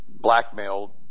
blackmailed